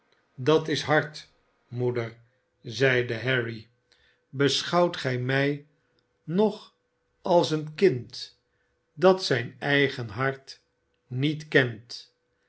dat is hard moeder zeide harry beschouwt gij mij nog als een kind dat zijn eigen hart niet kent